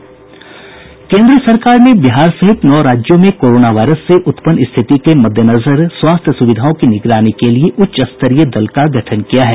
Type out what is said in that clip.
केन्द्र सरकार ने बिहार सहित नौ राज्यों में कोरोना वायरस से उत्पन्न स्थिति के मद्देनजर स्वास्थ्य सुविधाओं की निगरानी के लिए उच्च स्तरीय दल का गठन किया है